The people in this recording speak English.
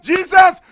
Jesus